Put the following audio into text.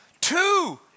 two